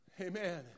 Amen